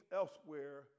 elsewhere